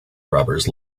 robbers